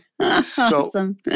Awesome